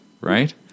right